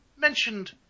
Mentioned